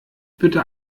bitte